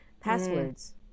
passwords